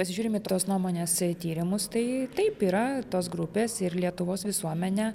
pasižiūrim į tos nuomonės tyrimus tai taip yra tos grupės ir lietuvos visuomenė